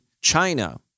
China